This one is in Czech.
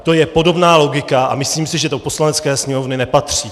To je podobná logika a myslím si, že do Poslanecké sněmovny nepatří.